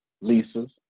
Lisa's